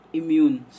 immune